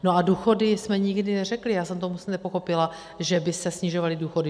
No a důchody, my jsme nikdy neřekli já jsem to moc nepochopila že by se snižovaly důchody.